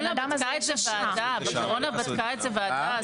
בתקופת הקורונה בדקה את זה ועדה.